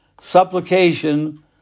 supplication